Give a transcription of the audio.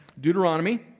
Deuteronomy